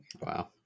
Wow